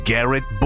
Garrett